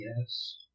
yes